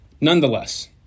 Nonetheless